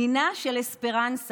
הנינה של אספרנסה,